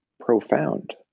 profound